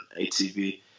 ATV